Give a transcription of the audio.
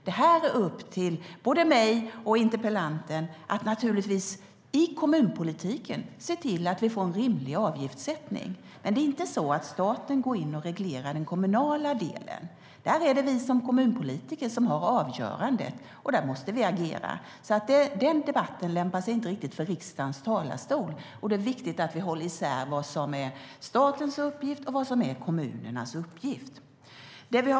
Det är upp till både mig och interpellanten att i kommunpolitiken se till att vi får rimlig avgiftssättning. Men staten går inte in och reglerar den kommunala delen. Där är det kommunpolitiker som har avgörandet, och de måste agera där. Den debatten lämpar sig inte riktigt för riksdagens talarstol. Det är viktigt att vi håller isär vad som är statens uppgift och vad som är kommunernas uppgift.